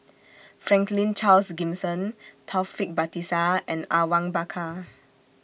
Franklin Charles Gimson Taufik Batisah and Awang Bakar